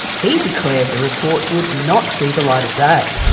he declared the report would not see the light of day.